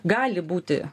gali būti